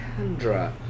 Kendra